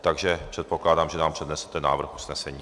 Takže předpokládám, že nám přednesete návrh usnesení.